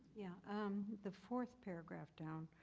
yeah um the fourth paragraph down.